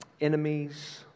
enemies